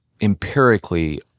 empirically